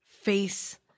face